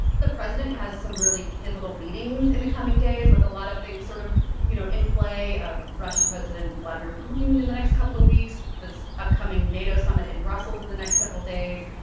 the president has some really pivotal meetings in the coming days with a lot of things sort of, you know, in play ah russian president vladimir putin in the next couple of weeks, this upcoming nato summit in brussels in the next several days.